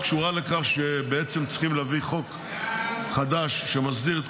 לכך שצריכים להביא חוק חדש שמסדיר את